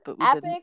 epic